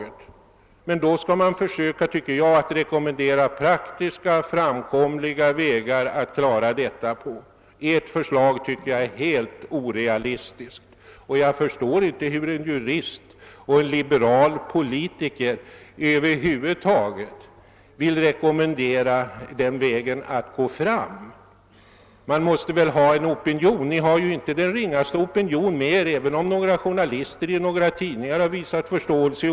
Men då skall man försöka, tycker jag, att rekommendera praktiskt framkomliga vägar. Motionärernas förslag anser jag vara helt orealistiska. Och jag förstår inte hur en jurist och liberal politiker vill rekommendera att gå fram den vägen. Det måste väl finnas en opinion i så fall. Ni har inte den ringaste opinion med er, även om några journalister i olika tidningar har visat förståelse.